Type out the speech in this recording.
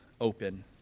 open